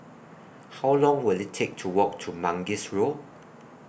How Long Will IT Take to Walk to Mangis Road